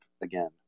again